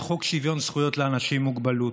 חוק שוויון זכויות לאנשים עם מוגבלות.